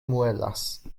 muelas